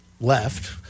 left